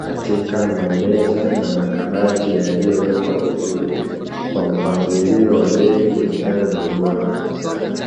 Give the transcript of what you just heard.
katika mameza na makabati yaliyowekwa vizuri, kwa mpangilio wa bei kulingana na ubora wa bidhaa.